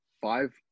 five